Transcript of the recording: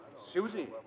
Susie